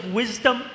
wisdom